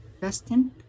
Justin